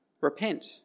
repent